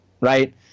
right